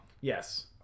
Yes